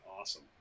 awesome